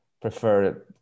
prefer